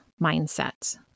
mindset